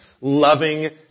loving